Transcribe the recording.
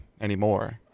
anymore